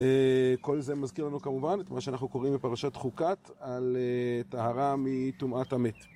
אהה כל זה מזכיר לנו כמובן את מה שאנחנו קוראים בפרשת חוקת על טהרה מטומאת המת.